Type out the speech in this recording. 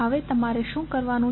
હવે તમારે શું કરવું પડશે